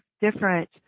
different